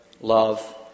love